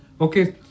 okay